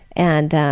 and